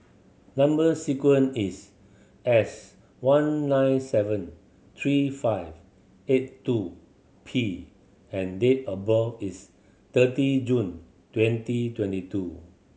number sequence is S one nine seven three five eight two P and date of birth is thirty June twenty twenty two